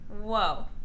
Whoa